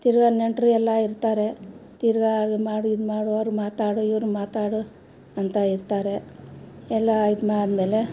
ತಿರುಗಾ ನೆಂಟರು ಎಲ್ಲ ಇರ್ತಾರೆ ತಿರುಗಾ ಅದು ಮಾಡು ಇದು ಮಾಡು ಅವ್ರು ಮಾತಾಡು ಇವ್ರು ಮಾತಾಡು ಅಂತ ಇರ್ತಾರೆ ಎಲ್ಲ ಇದಾದ್ಮೇಲೆ